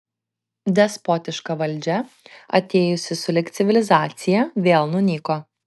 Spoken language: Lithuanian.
despotiška valdžia atėjusi sulig civilizacija vėl nunyko